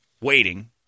waiting